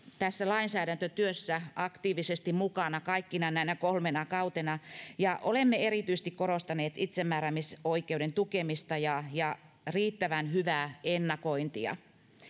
tässä lainsäädäntötyössä aktiivisesti mukana kaikkina näinä kolmena kautena ja olemme erityisesti korostaneet itsemääräämisoikeuden tukemista ja ja riittävän hyvää ennakointia